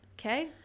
Okay